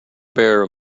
bare